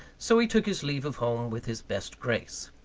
so he took his leave of home with his best grace.